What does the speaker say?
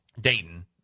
Dayton